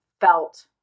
felt